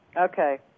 Okay